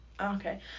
okay